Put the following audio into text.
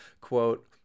quote